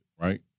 right